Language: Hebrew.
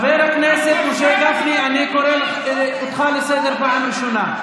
אני קורא אותך לסדר פעם ראשונה.